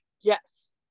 Yes